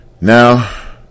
Now